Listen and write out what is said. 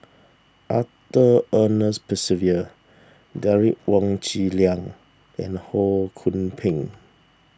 Arthur Ernest Percival Derek Wong Zi Liang and Ho Kwon Ping